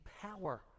power